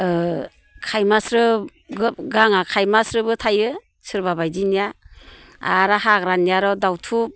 खायमास्रो गाङा खायमास्रोबो थायो सोरबाबायदिनिया आरो हाग्रानिया आरो' दावथु